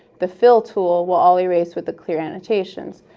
the fill tool will all erase with the clear annotations.